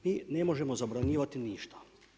Mi ne možemo zabranjivati ništa.